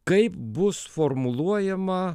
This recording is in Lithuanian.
kaip bus formuluojama